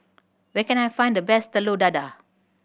where can I find the best Telur Dadah